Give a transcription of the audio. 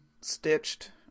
stitched